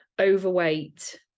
overweight